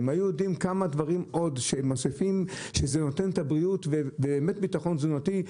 אם היו יודעים כמה הדברים שעוד מוסיפים זה נותן בריאות וביטחון תזונתי,